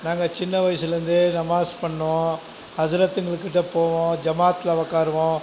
நாங்கள் சின்ன வயசுலேருந்தே நமாஸ் பண்ணோம் அசுரத்துங்ககிட்ட போவோம் ஜமாத்ல உட்காருவோம்